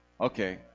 Okay